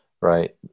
right